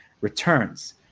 Returns